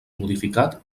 modificat